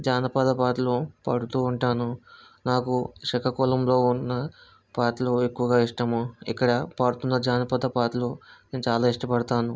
జానపద పాటలు పాడుతూ ఉంటాను నాకు శ్రీకాకుళంలో ఉన్న పాటలు ఎక్కువగా ఇష్టము ఇక్కడ పాడుతున్న జానపద పాటలు నేను చాలా ఇష్టపడుతాను